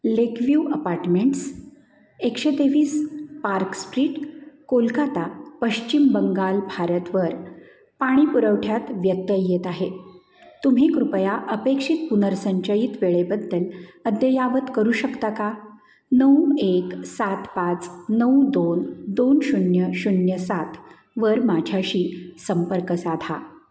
Lakeview apartments एकशे तेवीस Park Street Kolkata Paschim Bengal भारतवर पाणी पुरवठ्यात व्यत्यय येत आहे तुम्ही कृपया अपेक्षित पुनर्संचयित वेळेबद्दल अद्ययावत करू शकता का नऊ एक सात पाच नऊ दोन दोन शून्य शून्य सात वर माझ्याशी संपर्क साधा